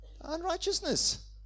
unrighteousness